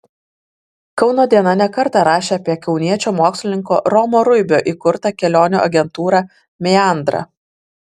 kauno diena ne kartą rašė apie kauniečio mokslininko romo ruibio įkurtą kelionių agentūrą meandra